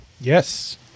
Yes